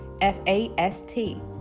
F-A-S-T